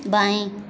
बायें